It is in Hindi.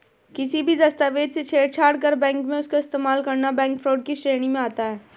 किसी भी दस्तावेज से छेड़छाड़ कर बैंक में उसका इस्तेमाल करना बैंक फ्रॉड की श्रेणी में आता है